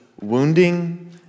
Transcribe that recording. wounding